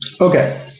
okay